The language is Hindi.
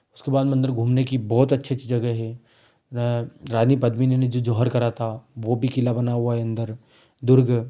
उसके बाद मंदिर घूमने की बहुत अच्छी अच्छी जगह है रानी पद्मिनी ने जो जौहर करा था वो भी किला बना हुआ है अंदर दुर्ग